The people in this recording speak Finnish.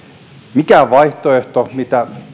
mitään vaihtoehtoa mitä